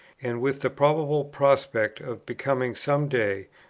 and with the probable prospect of becoming some day,